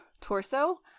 torso